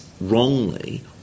wrongly